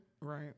right